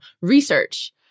research